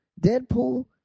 Deadpool